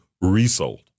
resold